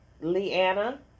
Leanna